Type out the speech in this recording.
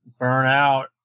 Burnout